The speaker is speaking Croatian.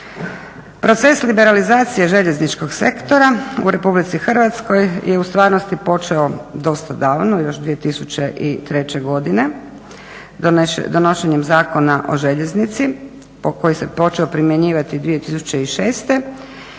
Proces liberalizacije željezničkog sektora u RH je u stvarnosti počeo dosta davno još 2003.godine donošenjem Zakona o željeznici koji se počeo primjenjivati 2006.i